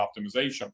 optimization